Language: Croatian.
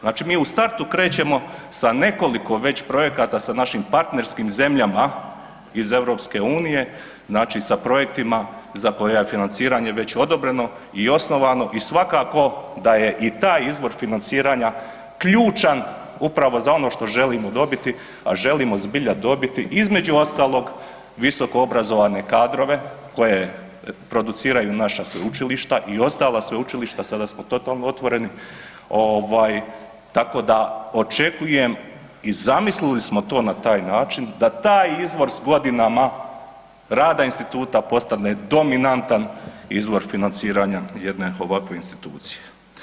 Znači mi u startu krećemo sa nekoliko već projekata sa našim partnerskim zemljama iz EU, znači sa projektima za koja je financiranje već odobreno i osnovano i svakako da je i taj izvor financiranja ključan upravo za ono što želimo dobiti, a želimo zbilja dobiti, između ostalog, visokoobrazovane kadrove koje produciraju naša sveučilišta i ostala sveučilišta, sada smo totalno otvoreni, tako da očekujem i zamislili smo to na taj način da taj izvor s godinama rada Instituta postane dominantan izvor financiranja jedne ovakve institucije.